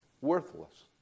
Worthless